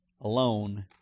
alone